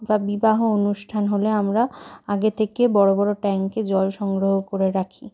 বা বিবাহ অনুষ্ঠান হলে আমরা আগে থেকে বড় বড় ট্যাঙ্কে জল সংগ্রহ করে রাখি